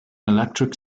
electric